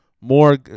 more